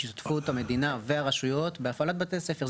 שותפות המדינה והרשויות בהפעלת בתי ספר,